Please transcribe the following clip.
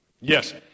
Yes